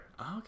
okay